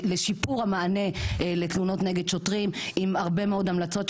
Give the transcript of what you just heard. לשיפור המענה לתלונות נגד שוטרים עם הרבה מאוד המלצות,